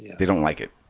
they don't like it